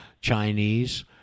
Chinese